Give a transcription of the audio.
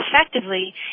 effectively